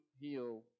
heal